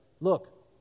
look